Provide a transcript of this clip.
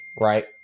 right